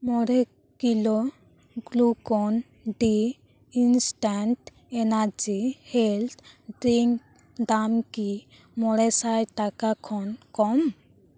ᱢᱚᱬᱮ kilo Glucon D instant energy health drink ᱫᱟᱢ ᱠᱤ ᱢᱚᱬᱮ ᱥᱟᱭ ᱴᱟᱠᱟ ᱠᱷᱚᱱ ᱠᱚᱢ